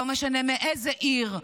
לא משנה מאיזה עיר,